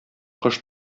кош